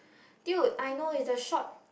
dude I know is the short